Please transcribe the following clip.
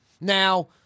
Now